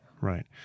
right